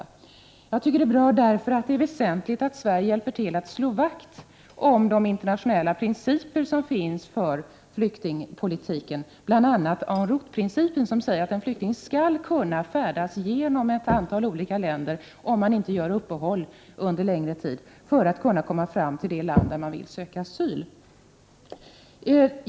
Det är bra, därför att det är väsentligt att Prot. 1988/89:117 Sverige hjälper till att slå vakt om de internationella principer som finns för 19 maj 1989 flyktingpolitiken, bl.a. en route-principen som säger att en flykting skall kunna färdas genom ett antal olika länder, om det inte görs uppehåll under en längre tid, för kunna komma fram till det land där han vill söka asyl.